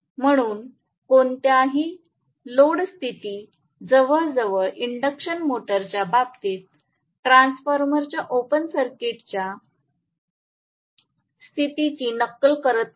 म्हणून कोणतीही लोड स्थिती जवळजवळ इंडक्शन मोटरच्या बाबतीत ट्रान्सफॉर्मरच्या ओपन सर्किट स्थितीच्या परिस्थितीची नक्कल करत नाही